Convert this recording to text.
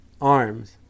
arms